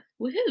Woohoo